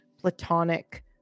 platonic